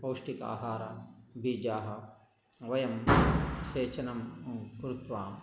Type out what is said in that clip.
पौष्टिक आहारस्य बीजानि वयं सेचनं कृत्वा